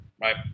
right